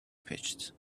pitched